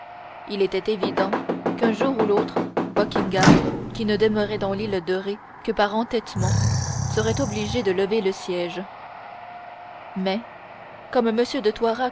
il était évident qu'un jour ou l'autre buckingham qui ne demeurait dans l'île de ré que par entêtement serait obligé de lever le siège mais comme m de